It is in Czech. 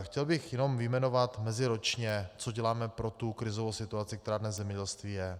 Chtěl bych jenom vyjmenovat meziročně, co děláme pro krizovou situaci, která dnes v zemědělství je.